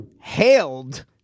hailed